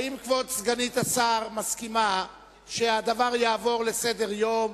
האם כבוד סגנית השר מסכימה שהדבר יהפוך להצעה סדר-היום,